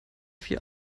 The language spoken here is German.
vier